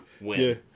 Win